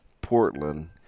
Portland